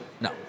No